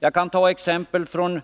Jag kan ta exempel från